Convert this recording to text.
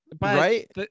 Right